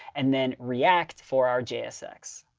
and then react for our jsx.